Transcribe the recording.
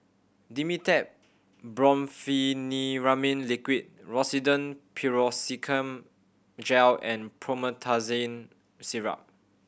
Dimetapp Brompheniramine Liquid Rosiden Piroxicam Gel and Promethazine Syrup